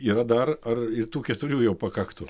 yra dar ar ir tų keturių jau pakaktų